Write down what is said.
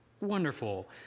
Wonderful